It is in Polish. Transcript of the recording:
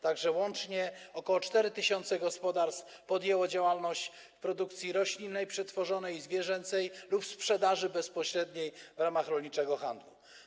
Tak że łącznie ok. 4 tys. gospodarstw podjęło działalność w zakresie produkcji roślinnej, przetworzonej zwierzęcej lub sprzedaży bezpośredniej w ramach rolniczego handlu.